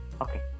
okay